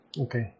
okay